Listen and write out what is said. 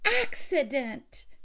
accident